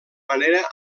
manera